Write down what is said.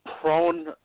prone